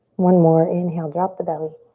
one more, inhale, drop the belly.